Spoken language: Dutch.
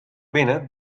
binnen